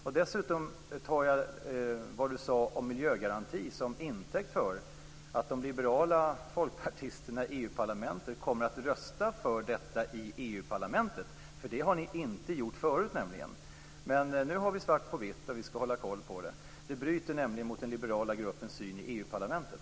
Jag tar vad du sade om miljögaranti som intäkt för att de liberala folkpartisterna i EU-parlamentet kommer att rösta för detta i EU-parlamentet. Det har ni inte gjort förut. Nu har vi svart på vitt, och vi skall hålla koll på er. Det bryter mot den liberala gruppens syn i EU-parlamentet.